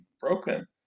broken